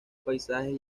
paisajes